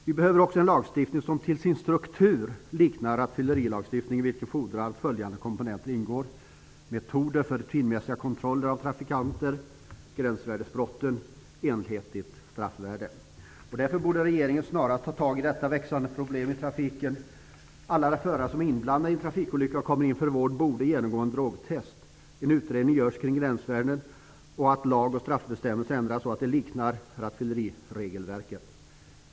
Vi behöver också en lagstiftning som till sin struktur liknar rattfyllerilagstiftningen, vilket fordrar att följande komponenter ingår: Därför borde regeringen snarast ta tag i detta växande problem i trafiken. Alla förare som är inblandade i trafikolyckor och som kommer in för vård borde genomgå en drogtest. En utredning bör göras kring gränsvärden och lag och staffbestämmelser ändras så att de liknar rattfylleriregelverket.